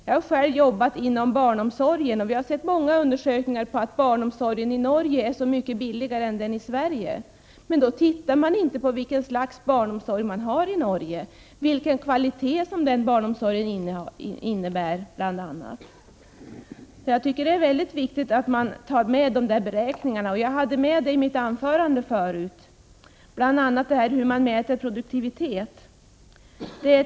Jag har själv arbetat inom barnomsorgen och tagit del av många undersökningar som visar att barnomsorgen i Norge är så mycket billigare än i Sverige. Men då ser man inte på vilket slags barnomsorg det finns i Norge och vilken kvalitet den har. Det är väldigt viktigt att man tar detta med i beräkningarna. Jag talade i mitt anförande förut om bl.a. hur man mäter produktivitet.